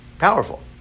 Powerful